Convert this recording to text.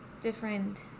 different